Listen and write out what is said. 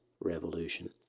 revolution